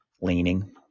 leaning